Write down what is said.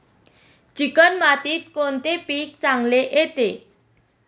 Chicken मातीत कोणते पीक चांगले येते?